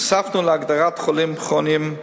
הוספנו להגדרת "חולים כרוניים"